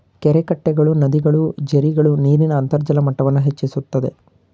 ಕೆರೆಕಟ್ಟೆಗಳು, ನದಿಗಳು, ಜೆರ್ರಿಗಳು ನೀರಿನ ಅಂತರ್ಜಲ ಮಟ್ಟವನ್ನು ಹೆಚ್ಚಿಸುತ್ತದೆ